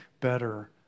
better